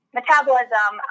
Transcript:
metabolism